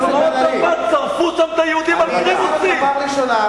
שרפו את היהודים על פרימוסים.